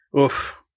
oof